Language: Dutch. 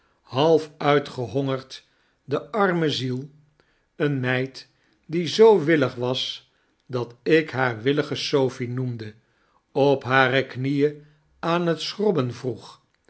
half uitgehongerd de arme ziel eene meid die zoo willig was dat ik haar willige sophie noemde op hare knieen aan het schrobben vroeg